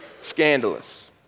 scandalous